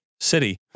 City